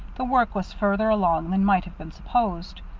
the work was further along than might have been supposed.